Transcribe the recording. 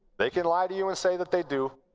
they can lie to you and say that they do.